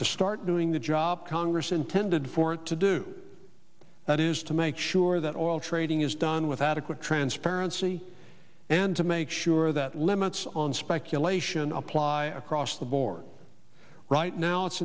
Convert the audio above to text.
to start doing the job congress intended for it to do that is to make sure that all trading is done with adequate transparency and to make sure that limits on speculation apply across the board right now it's